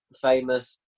famous